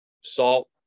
salt